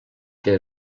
que